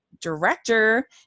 director